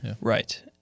Right